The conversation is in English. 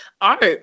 Art